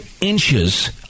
inches